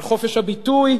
על חופש הביטוי?